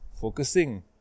focusing